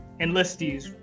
enlistees